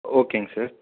ஓகேங்க சார்